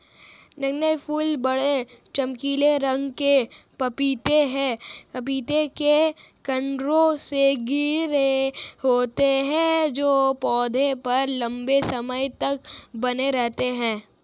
नगण्य फूल बड़े, चमकीले रंग के पपीते के खण्डों से घिरे होते हैं जो पौधे पर लंबे समय तक बने रहते हैं